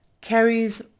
carries